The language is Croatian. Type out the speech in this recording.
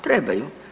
Trebaju.